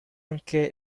anche